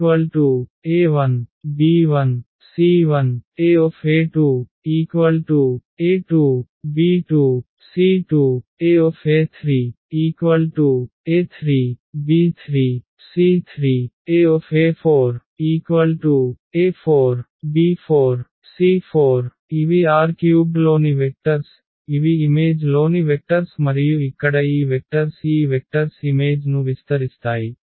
Ae1a1 b1 c1 Ae2a2 b2 c2 Ae3a3 b3 c3 Ae4a4 b4 c4 ఇవి R³ లోని vectors ఇవి image లోని vectors మరియు ఇక్కడ ఈ వెక్టర్స్ ఈ వెక్టర్స్ ఇమేజ్ ను విస్తరిస్తాయి